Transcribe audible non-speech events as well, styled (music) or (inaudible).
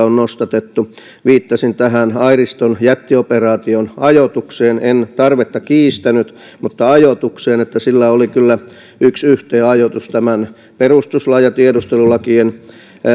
(unintelligible) on nostatettu niin viittasin tähän airiston jättioperaation ajoitukseen en tarvetta kiistänyt mutta viittasin ajoitukseen että sillä oli kyllä yks yhteen ajoitus tämän perustuslain ja tiedustelulakien